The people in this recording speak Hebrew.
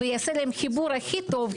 ויעשה להם חיבור הכי טוב.